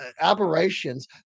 aberrations